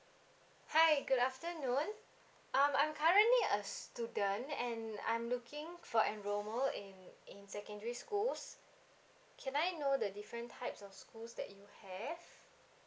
hi good afternoon um I'm currently a student and I'm looking for enrol in in secondary schools can I know the different types of schools that your have